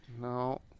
No